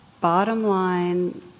bottom-line